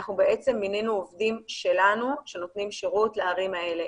אנחנו בעצם מינינו עובדים שלנו שנותנים שירות לערים האלה.